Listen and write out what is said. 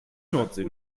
nordsee